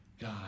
God